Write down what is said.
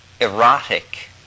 erotic